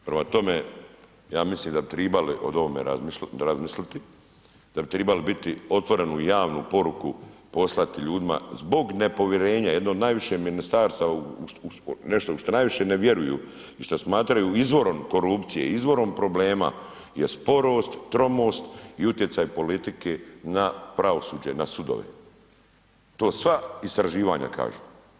Prema tome, ja mislim da bi tribali od ovome razmisliti, da bi tribali biti otvorenu i javnu poruku poslati ljudima zbog nepovjerenja jedno od najviše ministarstava, nešto u šta najviše ne vjeruju i što smatraju izvorom korupcije, izvorom problema jer sporost, tromost i utjecaj politike na pravosuđe, na sudove, to sva istraživanja kažu.